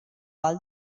all